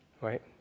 Right